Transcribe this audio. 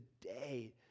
today